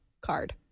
card